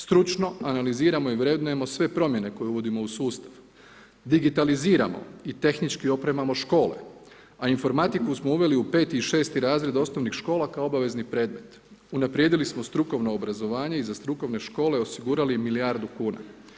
Stručno analiziramo i vrednujemo sve promjene koje uvodimo u sustav, digitaliziramo i tehnički opremamo škole, a informatiku smo uveli u 5. i 6. razred OŠ kao obavezni predmet, unaprijedili smo strukovno obrazovanje i za strukovne škole osigurali milijardu kuna.